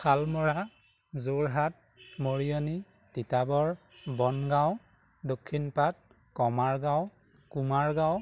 Salmara Jorhat Mariani Titabar Bongaon Dakshinpat Kamargaon Kumargaon